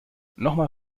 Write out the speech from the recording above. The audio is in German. nochmal